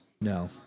No